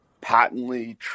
patently